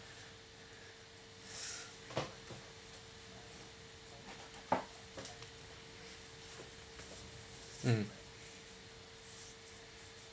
mm